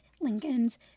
Lincoln's